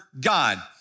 God